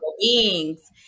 beings